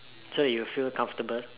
so that you will feel comfortable